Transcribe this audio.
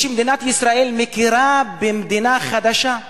שמדינת ישראל מכירה במדינה חדשה,